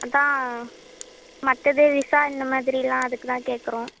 அதான் மற்றது விசா இந்த மாதிரி எல்லாம் அதுக்கு தான் கேட்கறோம்